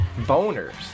Boners